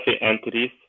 entities